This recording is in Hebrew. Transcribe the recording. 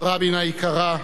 רבין היקרה,